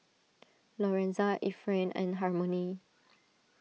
Lorenza Efrain and Harmony